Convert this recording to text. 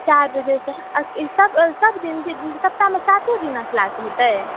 चारि बजेसँ अकि सभ सभ दिन सप्ताहमे सातो दिनऽ क्लास होतै